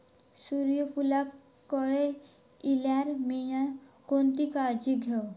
सूर्यफूलाक कळे इल्यार मीया कोणती काळजी घेव?